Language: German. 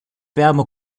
wärme